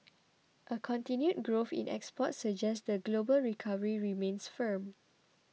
a continued growth in exports suggest the global recovery remains firm